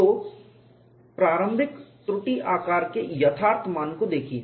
तो प्रारंभिक त्रुटि आकार के यथार्थ मान को देखिए